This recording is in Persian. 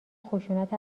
خشونت